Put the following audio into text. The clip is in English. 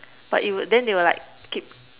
but it would then they were like keep